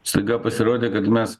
staiga pasirodė kad mes